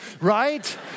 right